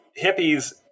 hippies